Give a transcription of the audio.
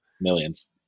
Millions